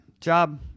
job